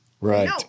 right